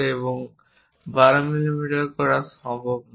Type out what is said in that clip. এবং 12 মিমি করা সম্ভব নয়